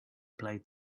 play